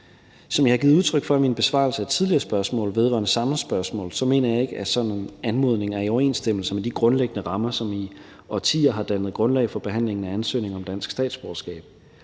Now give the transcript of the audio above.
Som jeg har givet udtryk for i min besvarelse af tidligere spørgsmål vedrørende samme spørgsmål, mener jeg ikke, at sådan nogle anmodninger er i overensstemmelse med de grundlæggende rammer, som i årtier har dannet grundlag for behandlingen af ansøgning om dansk statsborgerskab.